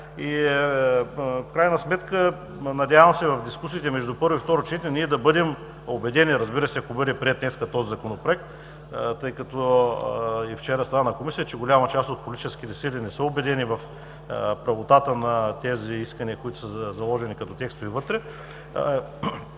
В крайна сметка, надявам се, в дискусиите между първо и второ четене ние да бъдем убедени, разбира се, ако бъде приет днес този Законопроект, тъй като и вчера стана ясно на Комисията, че голяма част от политическите сили не са убедени в правотата на тези искания, които са заложени като текстове вътре,